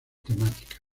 temáticas